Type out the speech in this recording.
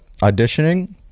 auditioning